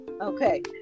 okay